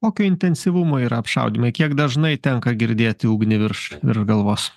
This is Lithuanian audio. kokio intensyvumo yra apšaudymai kiek dažnai tenka girdėti ugnį virš virš galvos